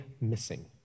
missing